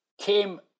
came